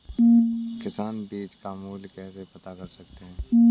किसान बीज का मूल्य कैसे पता कर सकते हैं?